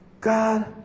God